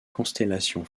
constellation